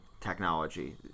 technology